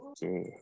Okay